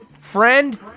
Friend